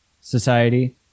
society